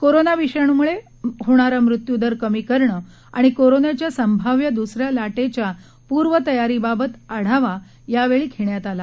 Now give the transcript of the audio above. corona विषाणूमुळे होणारा मृत्यूदर कमी करणं आणि कोरोनाच्या संभाव्य दूसऱ्या लाटेच्या पूर्वतयारीबाबत आढावा यावेळी घेण्यात आला